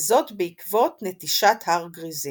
וזאת בעקבות נטישת הר גריזים.